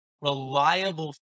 reliable